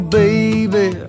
baby